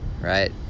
right